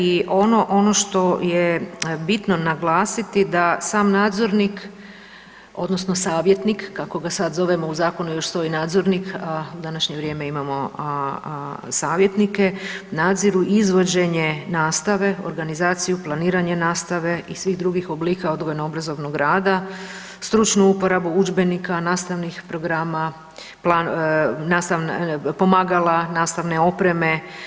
I ono, ono što je bitno naglasiti da sam nadzornik odnosno savjetnik kako ga sad zovemo u zakonu još stoji nadzornik, a u današnje vrijeme imamo savjetnike, nadziru izvođenje nastave, organizaciju, planiranje nastave i svih drugih oblika odgojno-obrazovnog rada, stručnu uporabu udžbenika, nastavnih programa, pomagala, nastavne opreme.